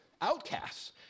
outcasts